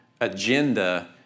agenda